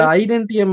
identity